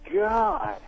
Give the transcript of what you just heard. God